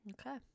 Okay